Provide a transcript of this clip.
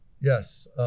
Yes